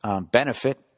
benefit